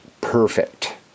perfect